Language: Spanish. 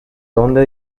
dónde